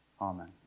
amen